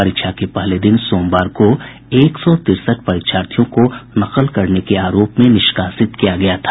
परीक्षा के पहले दिन सोमवार को एक सौ तिरसठ परीक्षार्थियों को नकल करने के आरोप में निष्कासित किया गया था